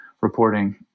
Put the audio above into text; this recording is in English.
reporting